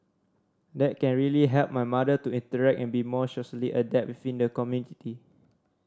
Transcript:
that can really help my mother to interact and be more socially adept within the community